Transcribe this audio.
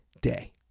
day